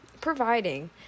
providing